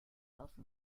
alpha